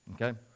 Okay